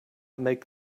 make